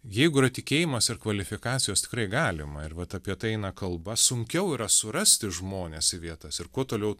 jeigu yra tikėjimas ir kvalifikacijos tikrai galima ir vat apie tai eina kalba sunkiau yra surasti žmones į vietas ir kuo toliau